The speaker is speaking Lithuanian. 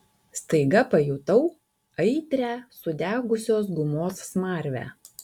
staiga pajutau aitrią sudegusios gumos smarvę